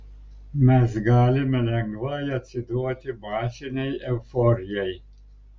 mes galime lengvai atsiduoti masinei euforijai